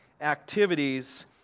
activities